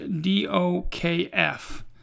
D-O-K-F